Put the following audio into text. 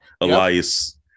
Elias